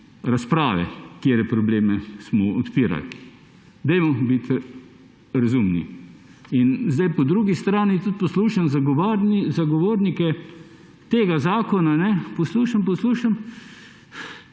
razprave, katere probleme smo odpirali. Dajmo biti razumni. Po drugi strani tudi poslušam zagovornike tega zakona. Poslušam, poslušam,